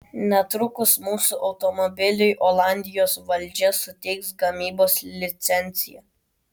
netrukus mūsų automobiliui olandijos valdžia suteiks gamybos licenciją